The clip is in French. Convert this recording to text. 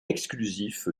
exclusif